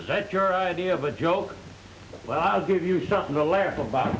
start that your idea of a joke well i'll give you something to laugh about